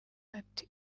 ati